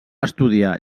estudiar